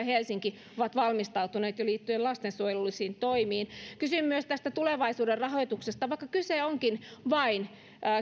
helsinki ovat valmistautuneet jo liittyen lastensuojelullisiin toimiin kysyn myös tulevaisuuden rahoituksesta vaikka kyse onkin vain